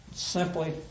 Simply